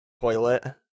toilet